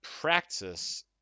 practice